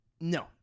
No